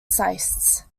cysts